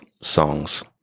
songs